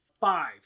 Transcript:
five